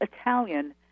Italian